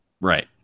right